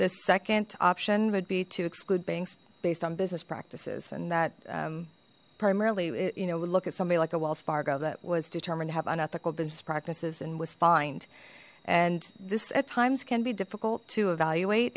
the second option would be to exclude banks based on business practices and that primarily you know we look at somebody like a wells fargo that was determined to have unethical business practices and was fined and this at times can be difficult to evaluate